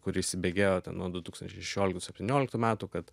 kur įsibėgėjo ten nuo du tūkstančiai šešioliktų septynioliktų metų kad